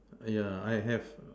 err yeah I have